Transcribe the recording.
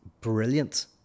brilliant